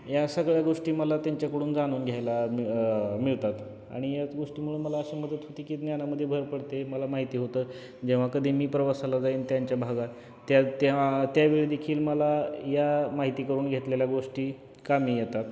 या सगळ्या गोष्टी मला त्यांच्याकडून जाणून घ्यायला मि मिळतात आणि या गोष्टीमुळे मला अशी मदत होती की ज्ञानामध्ये भर पडते मला माहिती होतं जेव्हा कधी मी प्रवासाला जाईन त्यांच्या भागात त्या तेव्हा त्यावेळेदखील मला या माहिती करून घेतलेल्या गोष्टी कामी येतात